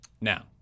Now